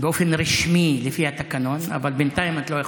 באופן רשמי, לפי התקנון, אבל בינתיים את לא יכולה.